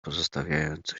pozostawiając